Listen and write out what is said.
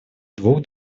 двух